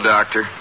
Doctor